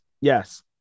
Yes